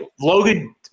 Logan